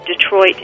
Detroit